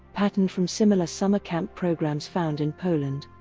patterned from similar summer camp programs found in poland.